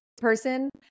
person